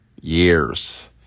years